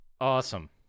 Awesome